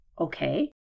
okay